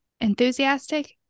Enthusiastic